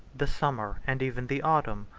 the summer, and even the autumn,